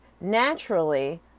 naturally